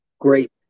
great